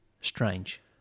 strange